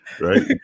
right